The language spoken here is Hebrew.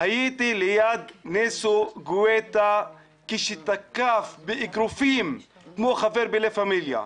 הייתי ליד ניסו גואטה כשתקף באגרופים כמו חבר בלה-פמיליה.